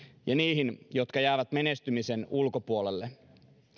ja niihin jotka jäävät menestymisen ulkopuolelle